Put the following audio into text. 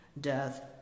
death